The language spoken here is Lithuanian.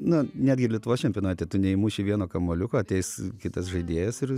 na netgi ir lietuvos čempionate tu neįmuši vieno kamuoliuko ateis kitas žaidėjas ir